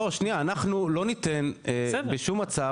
לא שנייה, אנחנו לא ניתן בשום מצב.